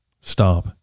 stop